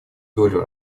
долю